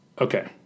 Okay